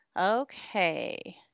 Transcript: Okay